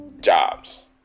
Jobs